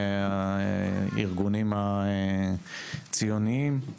מהארגונים הציוניים.